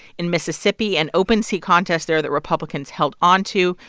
in mississippi, an open seat contest there that republicans held onto,